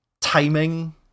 timing